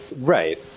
Right